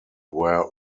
were